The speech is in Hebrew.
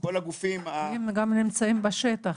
הם גם נמצאים בשטח.